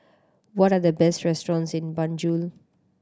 what are the best restaurants in Banjul